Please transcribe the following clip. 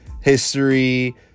history